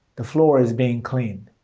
the floor is being cleaned.